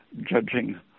judging